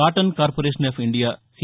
cotton corporation of India see